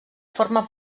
forma